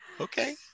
okay